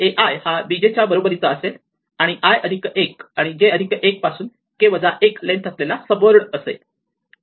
a i हा b j च्या बरोबरीचा असेल आणि i अधिक 1 आणि j अधिक 1 पासून k वजा 1 लेन्थ असलेला सब वर्ड असेल